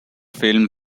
film